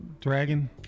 Dragon